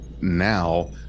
now